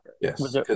yes